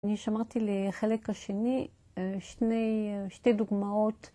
אני שמרתי לחלק השני שתי דוגמאות.